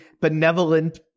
benevolent